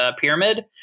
pyramid